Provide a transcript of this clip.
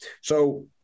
So-